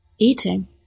eating